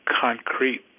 concrete